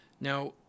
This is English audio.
Now